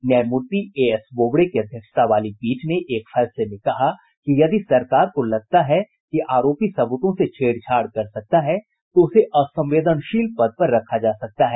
न्यायमूर्ति एएस बोबड़े की अध्यक्षता वाली पीठ ने एक फैसले में कहा कि यदि सरकार को लगता है कि आरोपी सब्रतों से छेड़छाड़ कर सकता है तो उसे असंवेदनशील पद पर रखा जा सकता है